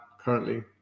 currently